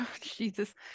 jesus